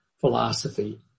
philosophy